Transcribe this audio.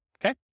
Okay